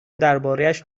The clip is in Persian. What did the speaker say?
دربارهاش